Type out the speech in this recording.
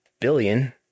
billion